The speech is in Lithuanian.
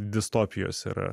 distopijos yra